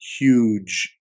huge